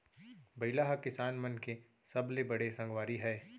बइला ह किसान मन के सबले बड़े संगवारी हय